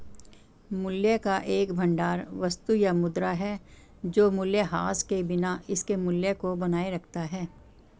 मूल्य का एक भंडार वस्तु या मुद्रा है जो मूल्यह्रास के बिना इसके मूल्य को बनाए रखता है